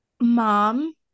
mom